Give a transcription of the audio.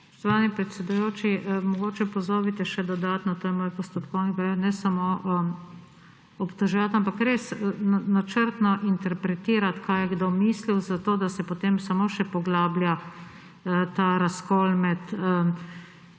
Spoštovani predsedujoči. Mogoče pozovite še dodatno ta moj postopki predlog, ne samo obtoževat, ampak res načrtno interpretirat, kaj je kdo mislil, zato da se potem samo še poglablja ta razkol med